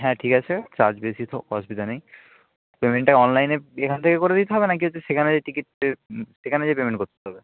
হ্যাঁ ঠিক আছে চার্জ বেশি তো অসুবিধা নেই পেমেন্টটা অনলাইনে এখান থেকে করে দিতে হবে না কি সেখানে টিকিট সেখানে যেয়ে পেমেন্ট করতে হবে